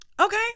okay